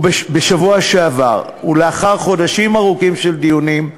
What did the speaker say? ובשבוע שעבר, לאחר חודשים ארוכים של דיונים,